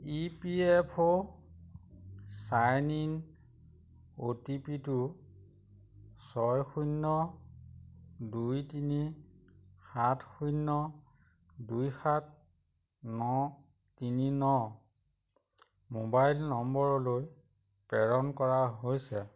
E P F O sign in O T পিটো ছয় শূন্য দুই তিনি সাত শূন্য দুই সাত ন তিনি ন মোবাইল নম্বৰলৈ প্ৰেৰণ কৰা হৈছে